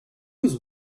was